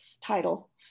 title